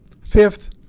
Fifth